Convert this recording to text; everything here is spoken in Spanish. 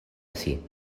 así